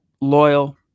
Loyal